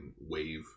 wave